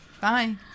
Bye